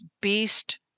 beast